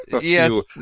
yes